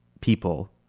people